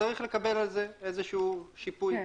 וצריך לקבל על זה איזשהו שיפוי,